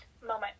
moment